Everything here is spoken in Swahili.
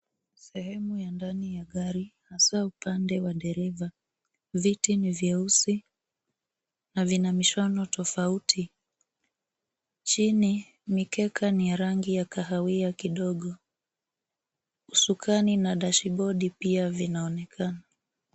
Sehemu ya ndani ya gari, hasa upande wa dereva. Viti ni vyeusi na vina mishono tofauti. Chini, mikeka ni ya rangi ya kahawia kidogo. Usukani na dashibodi pia vinaonekana.